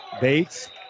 Bates